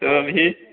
तो अभी